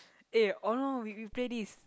eh or no no we we play this